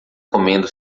comendo